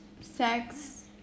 sex